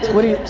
what do you? i